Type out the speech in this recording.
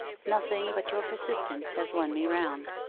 nothing but your persistence has won me round.